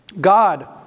God